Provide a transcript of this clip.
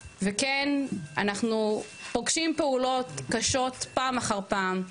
וכן, אנחנו פוגשים פעולות קשות פעם אחר פעם,